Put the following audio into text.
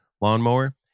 lawnmower